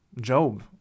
Job